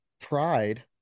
pride